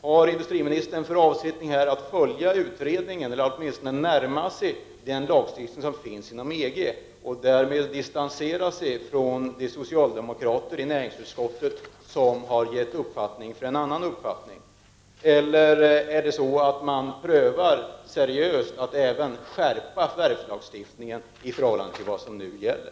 Har industriministern för avsikt att följa utredningen eller att åtminstone närma sig den lagstiftning som finns inom EG och därmed distansera sig från de socialdemokrater i näringsutskottet som har gett uttryck för en annan uppfattning? Eller sker det en seriös prövning av att även skärpa förvärvslagstiftningen i förhållande till vad som nu gäller?